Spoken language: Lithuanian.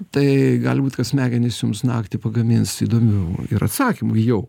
tai gali būt kad smegenys jums naktį pagamins įdomių ir atsakymų į jau